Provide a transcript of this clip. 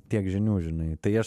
tiek žinių žinai tai aš